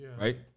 right